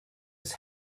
his